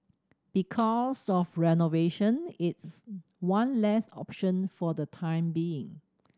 because of renovation it's one less option for the time being